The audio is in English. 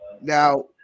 Now